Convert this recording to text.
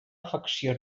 afecció